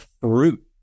fruit